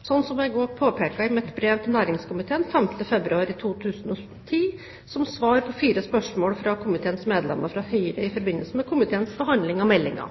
jeg også påpekte i mitt brev til næringskomiteen 5. februar 2010 som svar på fire spørsmål fra komiteens medlemmer fra Høyre i forbindelse med komiteens behandling av meldingen.